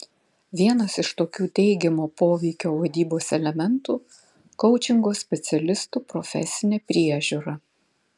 vienas iš tokių teigiamo poveikio vadybos elementų koučingo specialistų profesinė priežiūra